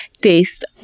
taste